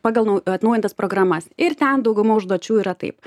pagal atnaujintas programas ir ten dauguma užduočių yra taip